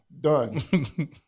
Done